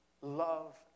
love